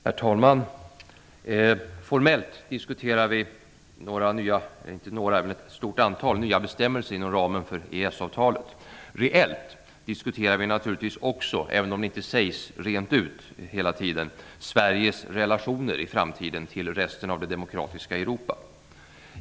Herr talman! Formellt diskuterar vi ett stort antal nya bestämmelser inom ramen för EES-avtalet. Reellt diskuterar vi naturligvis också, även om det inte sägs rent ut hela tiden, Sveriges framtida relationer till resten av det demokratiska Europa.